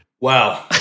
Wow